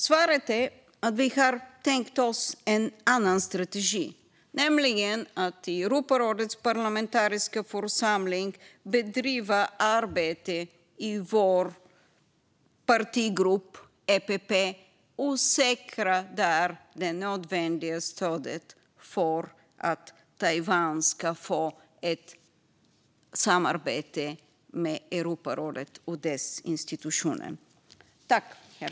Svaret är att vi har tänkt oss en annan strategi, nämligen att i Europarådets parlamentariska församling bedriva arbete i vår partigrupp EPP och där säkra det nödvändiga stödet för att Taiwan ska få ett samarbete med Europarådet och dess institutioner.